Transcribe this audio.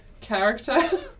character